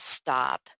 stop